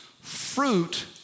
fruit